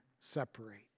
separate